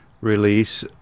release